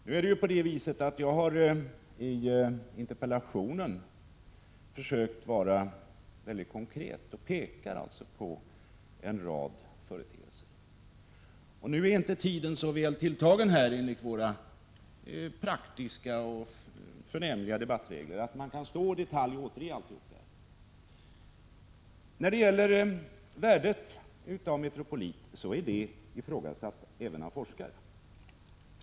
Nu är det emellertid så att jag i interpellationen har försökt vara väldigt konkret. Jag pekar på en rad klandervärda företeelser i Metropolit. Tiden här i talarstolen är dock inte så väl tilltagen — enligt våra praktiska debattregler — att jag kan återge allt i detalj. Värdet av Metropolit är ifrågasatt även av forskare.